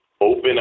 open